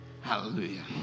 Hallelujah